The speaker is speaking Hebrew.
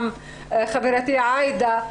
חברתי עאידה,